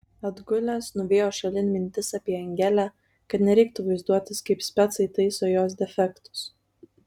atgulęs nuvijo šalin mintis apie angelę kad nereiktų vaizduotis kaip specai taiso jos defektus